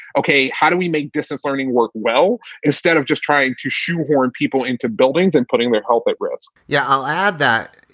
ok, how do we make distance learning work? well, instead of just trying to shoehorn people into buildings and putting with hope at risk yeah, i'll add that,